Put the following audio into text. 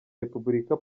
repubulika